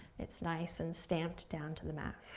it's nice and stamped down to the mat.